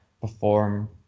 perform